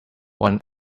one